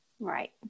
Right